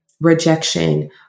rejection